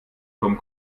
vom